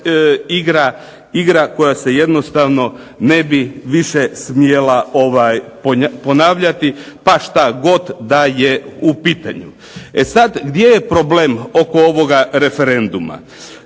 igra koja se jednostavno ne bi više smjela ponavljati pa šta god da je u pitanju. E sad, gdje je problem oko ovoga referenduma.